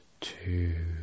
two